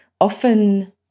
often